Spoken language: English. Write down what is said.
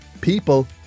people